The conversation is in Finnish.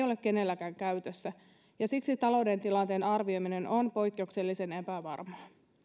ole kenelläkään käytössä ja siksi talouden tilanteen arvioiminen on poikkeuksellisen epävarmaa